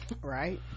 right